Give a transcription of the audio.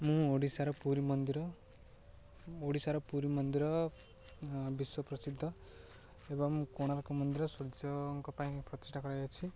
ମୁଁ ଓଡ଼ିଶାର ପୁରୀ ମନ୍ଦିର ଓଡ଼ିଶାର ପୁରୀ ମନ୍ଦିର ବିଶ୍ୱ ପ୍ରସିଦ୍ଧ ଏବଂ କୋଣାର୍କ ମନ୍ଦିର ସୂର୍ଯ୍ୟଙ୍କ ପାଇଁ ପ୍ରତିଷ୍ଠା କରାଯାଇଅଛି